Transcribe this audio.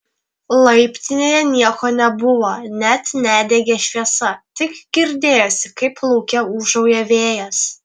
laiptinėje nieko nebuvo net nedegė šviesa tik girdėjosi kaip lauke ūžauja vėjas